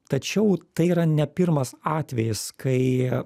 tačiau tai yra ne pirmas atvejis kai